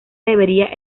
debería